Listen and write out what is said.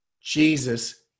Jesus